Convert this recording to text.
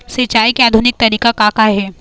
सिचाई के आधुनिक तरीका का का हे?